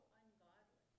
ungodly